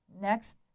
next